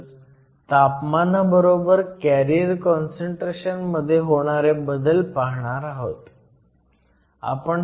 तसंच तापमानाबरोबर carrier concentration मध्ये होणारे बदल पाहणार आहोत